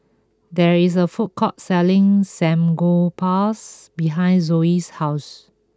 there is a food court selling Samgyeopsals behind Zoe's house